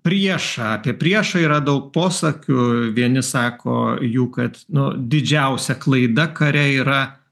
priešą apie priešą yra daug posakių vieni sako jų kad nu didžiausia klaida kare yra